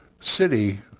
city